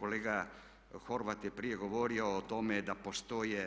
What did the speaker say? Kolega Horvat je prije govorio o tome da postoje